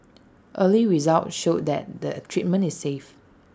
early results show that the treatment is safe